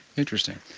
interesting.